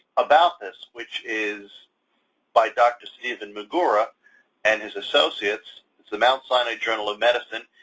about this, which is by dr. stephen magura and his associates, it's the mount sanai journal of medicine,